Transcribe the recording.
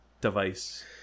device